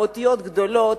באותיות גדולות,